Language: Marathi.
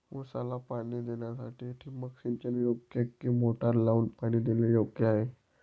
ऊसाला पाणी देण्यासाठी ठिबक सिंचन योग्य कि मोटर लावून पाणी देणे योग्य आहे?